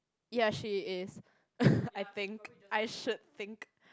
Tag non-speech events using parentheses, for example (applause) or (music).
ya she is (breath) I think I should think